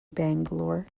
bangalore